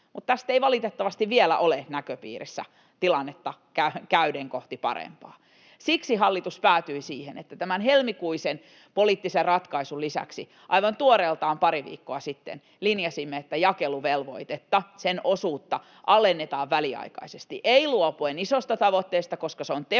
tästä ei valitettavasti vielä ole näköpiirissä tilannetta käyden kohti parempaa. Siksi hallitus päätyi siihen, että tämän helmikuisen poliittisen ratkaisun lisäksi aivan tuoreeltaan pari viikkoa sitten linjasimme, että jakeluvelvoitetta, sen osuutta, alennetaan väliaikaisesti. Ei luopuen isosta tavoitteesta, koska se on tehokas